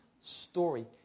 story